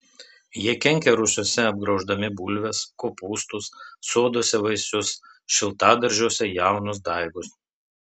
jie kenkia rūsiuose apgrauždami bulves kopūstus soduose vaisius šiltadaržiuose jaunus daigus